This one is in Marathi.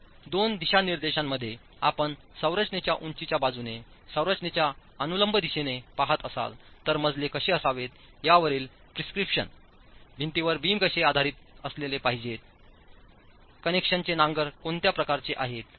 तर दोन दिशानिर्देशांमध्ये आपण संरचनेच्या उंचीच्या बाजूने संरचनेच्या अनुलंब दिशेने पहात असाल तर मजले कसे असावेत यावरील प्रिस्क्रिप्शन भिंतींवर बीम कसे आधारलेले पाहिजेत कनेक्शनचे नांगर कोणत्या प्रकारचे आहेत